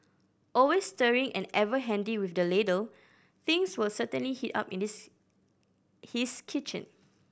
always stirring and ever handy with the ladle things will certainly heat up in this his kitchen